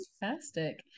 Fantastic